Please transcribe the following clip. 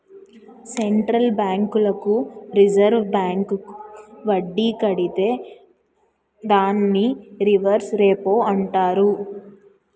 central బ్యాంకులకు reserve bank వడ్డీ కడితే దాన్ని రివర్స్ రెపో అంటారు